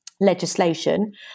Legislation